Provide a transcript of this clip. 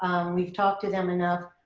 we've talked to them enough.